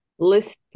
list